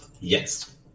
yes